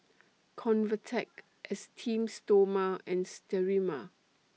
Convatec Esteem Stoma and Sterimar